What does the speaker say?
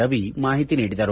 ರವಿ ಮಾಹಿತಿ ನೀಡಿದರು